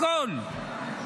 הכול.